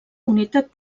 unitat